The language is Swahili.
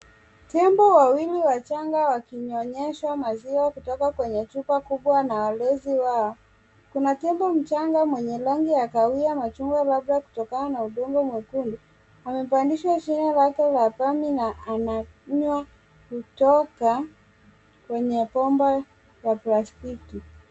Tembo wawili wachanga wakinyonyeshwa maziwa kutoka kwenye chupa kubwa na walezi wao. Kuna tembo mchanga mwenye rangi ya kahawia machungwa labda kutokana na udongo mwekundu amepandishwa Shina lake la puani na ananywa kutoka kwenye pomba wa plastiki.